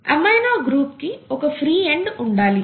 amino group కి ఒక free end ఉండాలి